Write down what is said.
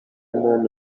moon